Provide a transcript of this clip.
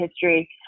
history